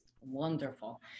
wonderful